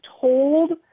told